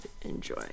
enjoy